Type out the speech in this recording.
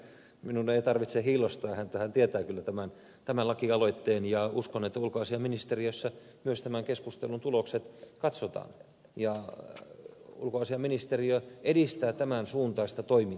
minun ei tarvitse hiillostaa häntä hän tietää kyllä tämän lakialoitteen ja uskon että ulkoasiainministeriössä myös tämän keskustelun tulokset katsotaan ja ulkoasiainministeriö edistää tämän suuntaista toimintaa